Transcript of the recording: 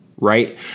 right